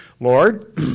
Lord